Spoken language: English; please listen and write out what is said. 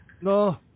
No